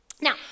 Now